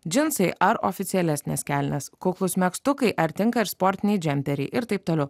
džinsai ar oficialesnės kelnės kuklūs megztukai ar tinka ir sportiniai džemperiai ir taip toliau